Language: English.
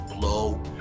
blow